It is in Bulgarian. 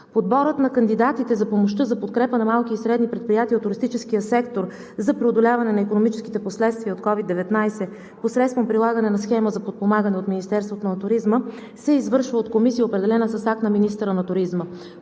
Подборът на кандидатите за помощта за подкрепа на малки и средни предприятия от туристическия сектор за преодоляване на икономическите последствия от COVID-19 посредством прилагане на схема за подпомагане от Министерството на туризма се извършва от комисия, определена с акт на министъра на туризма.